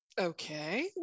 okay